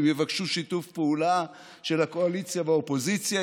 אם יבקשו שיתוף פעולה של הקואליציה והאופוזיציה,